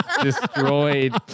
destroyed